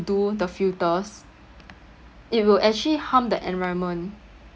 do the filters it will actually harm the environment